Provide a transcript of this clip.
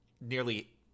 nearly